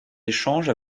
échanges